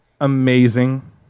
amazing